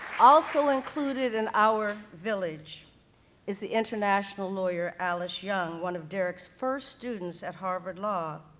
also included in our village is the international lawyer, alice young, one of derrick's first students at harvard law.